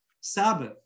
Sabbath